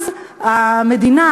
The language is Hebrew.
המדינה,